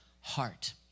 heart